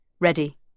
Ready